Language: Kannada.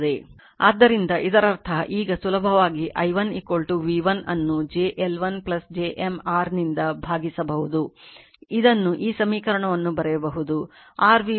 ಆದ್ದರಿಂದ ಇದರರ್ಥ ಈಗ ಸುಲಭವಾಗಿ i1 v1 ಅನ್ನು J L1 j M r ನಿಂದ ಭಾಗಿಸಬಹುದು ಇದನ್ನುಈ ಸಮೀಕರಣವನ್ನು ಬರೆಯಬಹುದು r v1 r i j L1 j M i 2